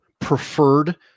preferred